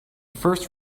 first